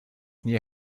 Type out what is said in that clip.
nie